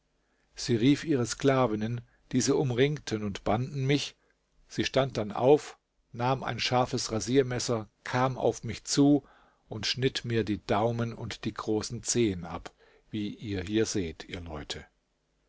sie rief ihre sklavinnen diese umringten und banden mich sie stand dann auf nahm ein scharfes rasiermesser kam auf mich zu und schnitt mir die daumen und die großen zehen ab wie ihr hier seht ihr leute